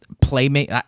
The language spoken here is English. playmate